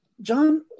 John